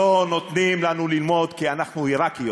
לא נותנים לנו ללמוד כי אנחנו עיראקיות,